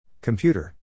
Computer